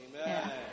Amen